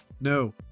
no